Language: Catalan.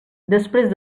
després